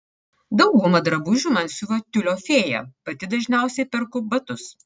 daugumą drabužių man siuva tiulio fėja pati dažniausiai perku batus